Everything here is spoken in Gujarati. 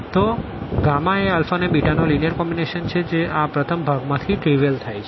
તો એ અને નો લીનીઅર કોમ્બીનેશન છે જે આ પ્રથમ ભાગ માં થી ટ્રીવીઅલ થાય છે